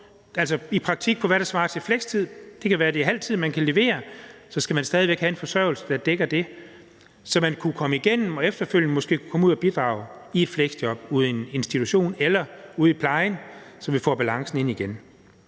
i praktik på, hvad der svarer til flekstid. Det kan være, det er halv tid, man kan levere, men så skal man stadig væk have til at dække sin forsørgelse, så man kan komme igennem og efterfølgende måske komme ud at bidrage i et fleksjob i en institution eller ude i plejen, så vi får balancen ind igen.